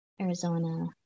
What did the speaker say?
Arizona